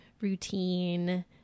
routine